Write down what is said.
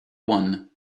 one